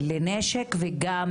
לנשק וגם